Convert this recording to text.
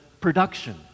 production